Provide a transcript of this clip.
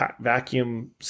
vacuum